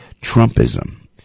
Trumpism